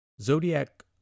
Zodiac